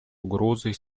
угрозой